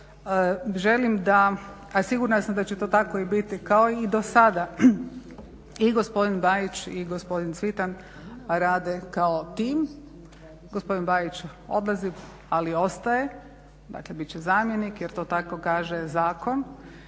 a sigurna sam da će to tako i biti kao i dosada, i gospodin Bajić i gospodin Cvitan rade kao tim. Gospodin Bajić odlazi ali ostaje, dakle bit će zamjenik jer to tako kaže zakon